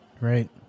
Right